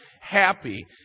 happy